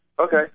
Okay